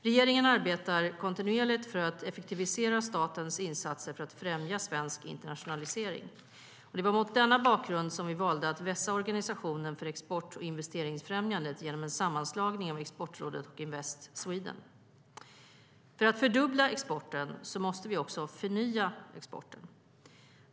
Regeringen arbetar kontinuerligt för att effektivisera statens insatser för att främja svensk internationalisering. Det var mot denna bakgrund som vi valde att vässa organisationen för export och investeringsfrämjandet genom en sammanslagning av Exportrådet och Invest Sweden. För att fördubbla exporten måste vi också förnya exporten.